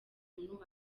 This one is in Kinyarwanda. umuntu